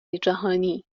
جهانی